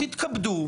תתכבדו,